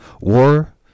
War